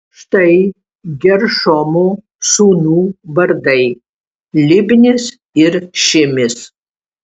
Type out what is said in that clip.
štai geršomo sūnų vardai libnis ir šimis